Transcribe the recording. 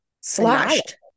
Slashed